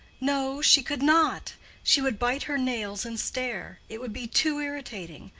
no she could not she would bite her nails and stare. it would be too irritating.